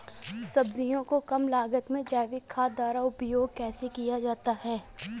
सब्जियों को कम लागत में जैविक खाद द्वारा उपयोग कैसे किया जाता है?